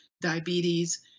diabetes